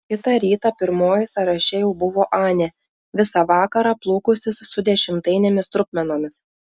kitą rytą pirmoji sąraše jau buvo anė visą vakarą plūkusis su dešimtainėmis trupmenomis